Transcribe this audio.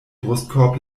brustkorb